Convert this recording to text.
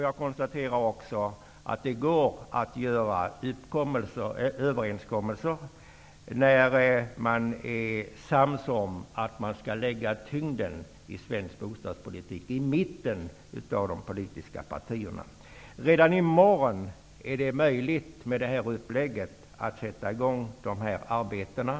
Jag konstaterar även att det går att göra överenskommelser när man är sams om att lägga tyngden i svensk bostadspolitik i mitten. Redan i morgon är det möjligt att sätta i gång de här arbetena.